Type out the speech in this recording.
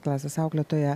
klasės auklėtoja